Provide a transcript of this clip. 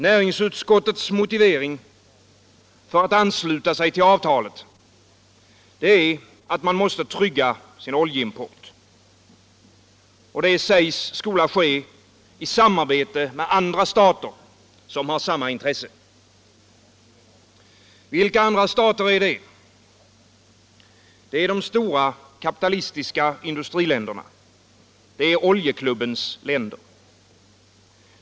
Näringsutskottets motivering för att ansluta sig till avtalet är att man måste trygga sin oljeimport. Det sägs skola ske i samarbete med andra stater som har samma intresse. Vilka andra stater är det? Det är de stora kapitalistiska industriländerna, oljeklubbens länder.